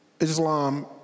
Islam